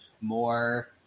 more